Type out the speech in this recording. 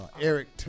Eric